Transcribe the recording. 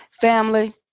Family